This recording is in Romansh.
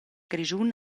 grischun